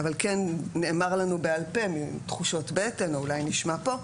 כן נאמר לנו בעל פה מתחושות בטן או אולי נשמע פה,